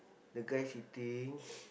the guy sitting